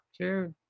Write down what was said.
sure